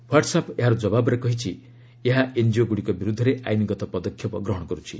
what's app ଏହାର ଜବାବରେ କହିଛି ଏହା ଏନ୍ଜିଓ ଗୁଡ଼ିକ ବିରୁଦ୍ଧରେ ଆଇନ୍ଗତ ପଦକ୍ଷେପ ଗ୍ରହଣ କରୁଛି